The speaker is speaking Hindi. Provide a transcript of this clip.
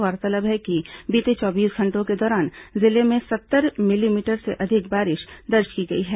गौरतलब है कि बीते चौबीस घंटों के दौरान जिले में सत्तर मिलीमीटर से अधिक बारिश दर्ज की गई है